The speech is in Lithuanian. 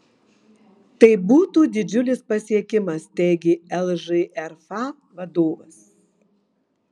tai būtų didžiulis pasiekimas teigė lžrf vadovas